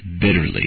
bitterly